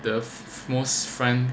the most front